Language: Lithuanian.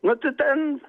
nu tai ten